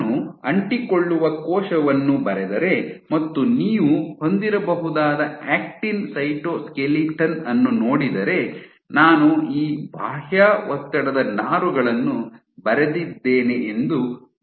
ನಾನು ಅಂಟಿಕೊಳ್ಳುವ ಕೋಶವನ್ನು ಬರೆದರೆ ಮತ್ತು ನೀವು ಹೊಂದಿರಬಹುದಾದ ಆಕ್ಟಿನ್ ಸೈಟೋಸ್ಕೆಲಿಟನ್ ಅನ್ನು ನೋಡಿದರೆ ನಾನು ಈ ಬಾಹ್ಯ ಒತ್ತಡದ ನಾರುಗಳನ್ನು ಬರೆದಿದ್ದೇನೆ ಎಂದು ಹೇಳೋಣ